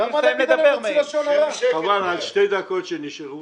תן לי לסיים לדבר, מאיר.